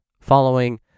following